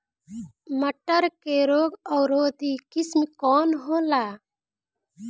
मटर के रोग अवरोधी किस्म कौन होला?